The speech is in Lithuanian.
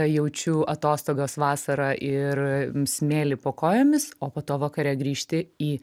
jaučiu atostogas vasarą ir smėlį po kojomis o po to vakare grįžti į